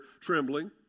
trembling